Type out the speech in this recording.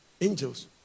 angels